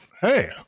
Hey